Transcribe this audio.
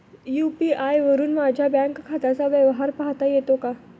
UPI वरुन माझ्या bank खात्याचा व्यवहार पाहता येतो का?